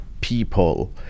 people